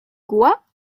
gouas